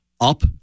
Up